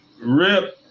Rip